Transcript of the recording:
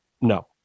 No